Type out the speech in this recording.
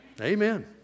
Amen